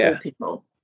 people